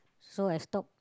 so I stop